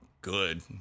good